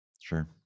Sure